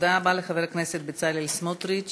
תודה רבה לחבר הכנסת בצלאל סמוטריץ.